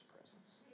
presence